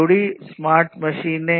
जुड़ी स्मार्ट मशीनें